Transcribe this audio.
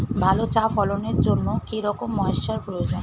ভালো চা ফলনের জন্য কেরম ময়স্চার প্রয়োজন?